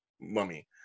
Mummy